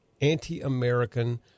anti-American